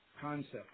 concept